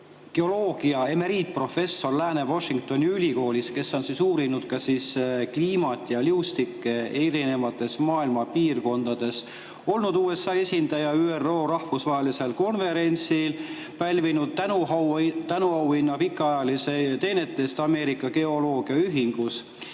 geoloogia emeriitprofessor Lääne-Washingtoni ülikoolis, kes on uurinud kliimat ja liustikke maailma eri piirkondades, olnud USA esindaja ÜRO rahvusvahelisel konverentsil, pälvinud tänuauhinna pikaajaliste teenete eest Ameerika geoloogiaühingus.